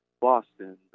Boston